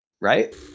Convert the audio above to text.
right